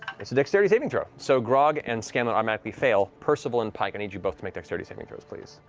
it's a dexterity saving throw. so grog and scanlan automatically fail. percival and pike, i need you both to make dexterity saving throws, please.